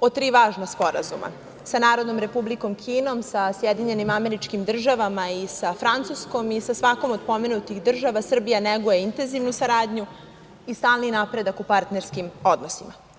o tri važna sporazuma: sa Narodnom Republikom Kinom, sa SAD i sa Francuskom, i sa svakom od pomenutih država Srbija neguje intenzivnu saradnju i stalni napredak u partnerskim odnosima.